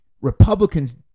Republicans